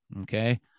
okay